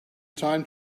time